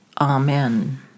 Amen